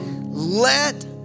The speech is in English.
Let